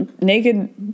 naked